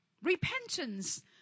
Repentance